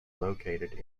located